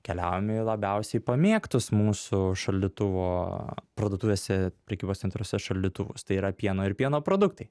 keliaujame į labiausiai pamėgtus mūsų šaldytuvo parduotuvėse prekybos centruose šaldytuvus tai yra pieno ir pieno produktai